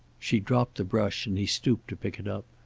she dropped the brush, and he stooped to pick it up.